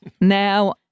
Now